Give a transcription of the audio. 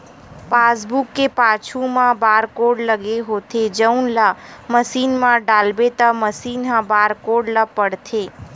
passbook के पाछू म बारकोड लगे होथे जउन ल मसीन म डालबे त मसीन ह बारकोड ल पड़थे